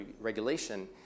regulation